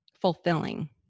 fulfilling